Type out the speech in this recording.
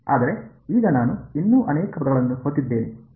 ಆದರೆ ಈಗ ನಾನು ಇನ್ನೂ ಅನೇಕ ಪದಗಳನ್ನು ಹೊಂದಿದ್ದೇನೆ